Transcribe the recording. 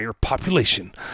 population